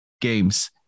games